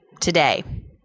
today